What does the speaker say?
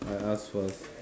I ask first